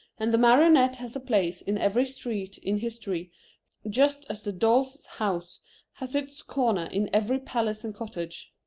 and the marionette has a place in every street in history just as the dolls' house has its corner in every palace and cottage.